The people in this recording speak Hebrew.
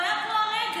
הוא היה פה הרגע.